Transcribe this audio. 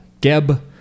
geb